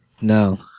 No